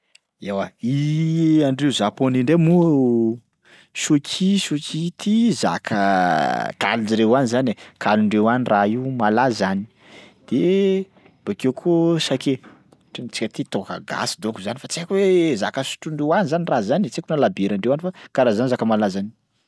Eoa andreo japonais ndray moa sushi sushi ity zaka kalin-jareo any zany e, kalindreo any raha io malaza any de bakeo koa sake ohatra amintsika aty toaka gasy donko zany fa tsy haiko hoe zaka sotroindreo any zany raha zany e, tsy haiko na labierandreo any fa karaha zany zaka malaza any.